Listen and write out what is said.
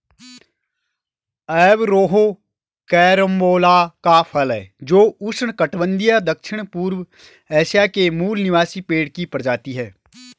Averrhoa carambola का फल है जो उष्णकटिबंधीय दक्षिणपूर्व एशिया के मूल निवासी पेड़ की प्रजाति है